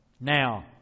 Now